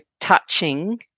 touching